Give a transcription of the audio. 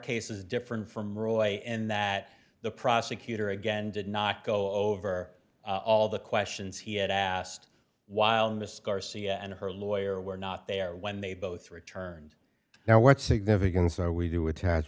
cases different from roy and that the prosecutor again did not go over all the questions he had asked while mr garcia and her lawyer were not there when they both returned now what significance so we do attach